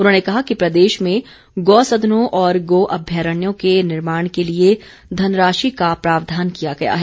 उन्होंने कहा कि प्रदेश में गौ सदनों और गौ अभ्यारण्यों के निर्माण के लिए धन राशि का प्रावधान किया गया है